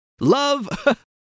Love